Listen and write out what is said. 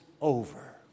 Over